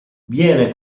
viene